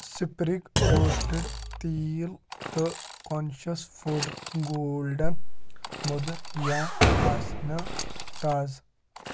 spring roasted تیٖل تہٕ conscious food golden mother یا آسہِ نہٕ تازٕ